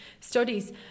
studies